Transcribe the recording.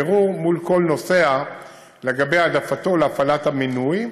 בירור מול כל נוסע לגבי העדפתו להפעלת המינוי.